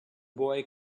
boy